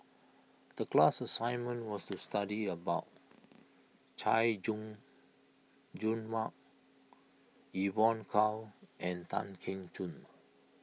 the class assignment was to study about Chay Jung Jun Mark Evon Kow and Tan Keong Choon